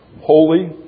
holy